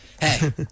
Hey